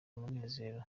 umunezero